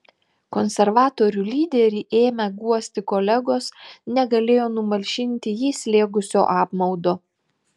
konservatorių lyderį ėmę guosti kolegos negalėjo numalšinti jį slėgusio apmaudo